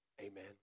Amen